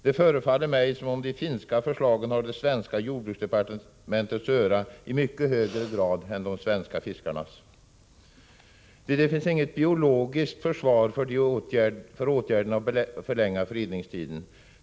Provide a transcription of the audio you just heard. Det förefaller mig som om de finska förslagen har det svenska jordbruksdepartementets öra i mycket högre grad än de svenska fiskarnas förslag. Det finns inget biologiskt försvar för åtgärden att förlänga fredningstiden.